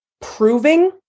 proving